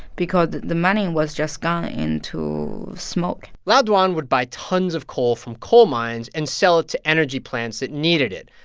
because the money was just gone, into smoke lao dwan would buy tons of coal from coal mines and sell it to energy plants that needed it.